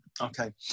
Okay